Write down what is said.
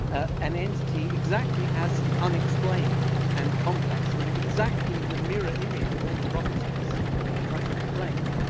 ah an entity exactly as unexplained and complex and with exactly the mirror image of all the properties that you're trying to explain,